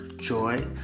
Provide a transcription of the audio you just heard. joy